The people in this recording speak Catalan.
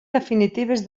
definitives